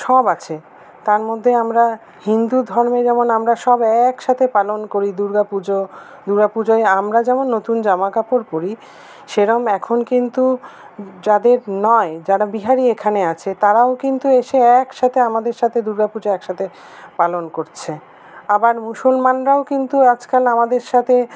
সব আছে তারমধ্যে আমরা হিন্দু ধর্মে যেমন আমরা সব একসাথে পালন করি দুর্গা পুজো দুর্গা পুজোয় আমরা নতুন জামাকাপড় পরি সেরম এখন কিন্তু যাদের নাই যারা বিহারি এখানে আছে তারাও কিন্তু এসে একসাথে আমাদের সাথে দুর্গা পুজো একসাথে পালন করছে আবার মুসলমানরাও কিন্তু আজকাল আমাদের সাথে